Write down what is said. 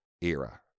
era